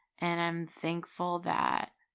and i'm thankful that.